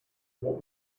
what